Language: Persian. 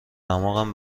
دماغم